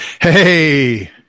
Hey